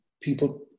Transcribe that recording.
People